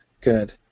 good